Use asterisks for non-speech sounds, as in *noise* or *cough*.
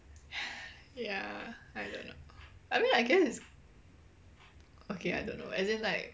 *breath* ya I don't know I mean I guess it's okay I don't know as in like